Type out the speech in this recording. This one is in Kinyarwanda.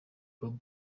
bobi